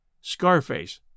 Scarface